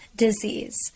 disease